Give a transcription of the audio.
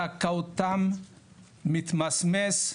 זכאותם מתמסמסת